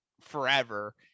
forever